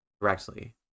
correctly